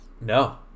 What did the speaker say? No